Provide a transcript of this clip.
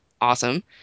awesome